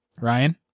Ryan